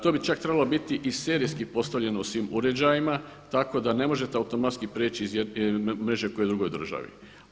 To bi čak trebalo biti i serijski postavljeno u svim uređajima, tako da ne možete automatski prijeći iz jedne mreže k drugoj državi.